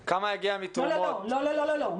לא, לא.